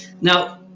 Now